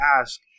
ask